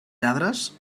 lladres